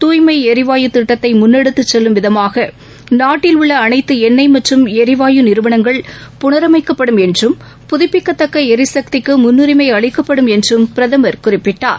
தூய்மை எரிவாயு திட்டத்தை முன்னெடுத்து செல்லும் விதமாக நாட்டில் உள்ள அனைத்து எண்ணெய் மற்றும் ளிவாயு நிறுவனங்கள் புளரமைக்கப்படும் என்றும் புதப்பிக்கத்தக்க எரிசக்திக்கு முன்னுரிமை அளிக்கப்படும் என்று பிரதமர் குறிப்பிட்டார்